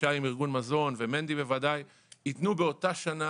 וישי מארגון מזון, ומנדי בוודאי, ייתנו באותה שנה